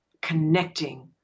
connecting